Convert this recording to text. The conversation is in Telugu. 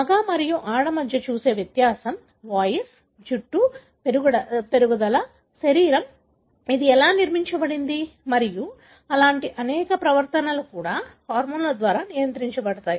మగ మరియు ఆడ మధ్య మీరు చూసే వ్యత్యాసం వాయిస్ జుట్టు పెరుగుదల శరీరం అది ఎలా నిర్మించబడింది మరియు అలాంటి అనేక ప్రవర్తన కూడా హార్మోన్ల ద్వారా నియంత్రించబడతాయి